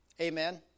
Amen